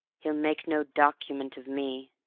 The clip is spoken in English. he'll make no document of me.